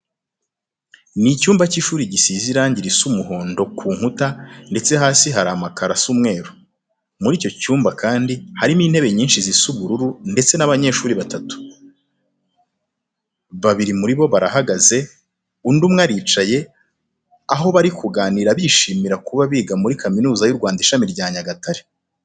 Ni icyumba cy'ishuri gisize irange risa umuhondo ku nkuta ndetse hasi harimo amakaro asa umweru. Muri icyo cyumba kandi harimo intebe nyinshi zisa ubururu ndetse n'abanyeshuri batatu. Babiri muri bo barahagaze undi umwe aricaye, aho bari kuganira bishimira kuba biga muri Kaminuza y'u Rwanda Ishami rya Nyagatare.